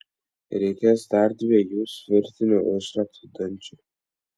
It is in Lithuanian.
reikės dar dviejų svirtinių užraktų dangčiui